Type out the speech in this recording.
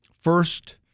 first